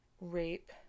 rape